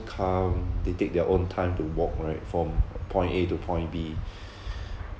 calm they take their own time to walk right from point A to point B